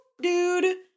dude